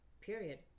period